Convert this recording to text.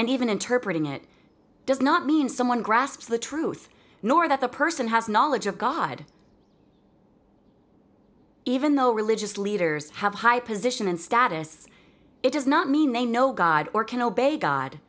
and even interprete in it does not mean someone grasps the truth nor that the person has knowledge of god even though religious leaders have high position and status it does not mean they know god or can obey god